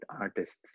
artists